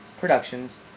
Productions